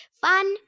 Fun